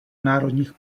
národních